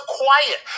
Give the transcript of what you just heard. quiet